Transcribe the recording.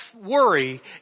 worry